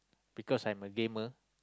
because I'm a gamer